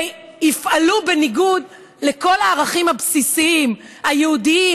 ויפעלו בניגוד לכל הערכים הבסיסיים היהודיים,